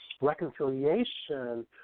reconciliation